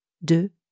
de